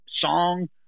song